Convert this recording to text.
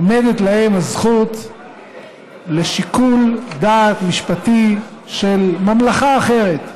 עומדת להם הזכות לשיקול דעת משפטי של ממלכה אחרת,